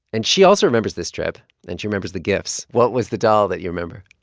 and she also remembers this trip. and she remembers the gifts what was the doll that you remember?